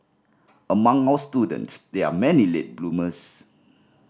among our students there are many late bloomers